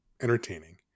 entertaining